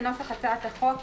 בנוסח הצעת החוק,